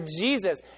Jesus